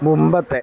മുമ്പത്തെ